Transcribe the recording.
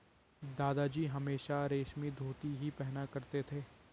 दादाजी हमेशा रेशमी धोती ही पहना करते थे